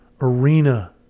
arena